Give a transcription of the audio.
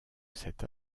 cette